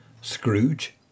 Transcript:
Scrooge